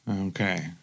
Okay